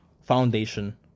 foundation